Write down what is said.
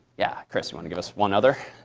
yeah, chris, you want to give us one other?